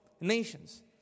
nations